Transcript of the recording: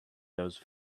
those